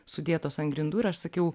sudėtos ant grindų ir aš sakiau